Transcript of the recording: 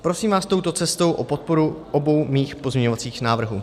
Prosím vás touto cestou o podporu obou mých pozměňovacích návrhů.